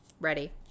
ready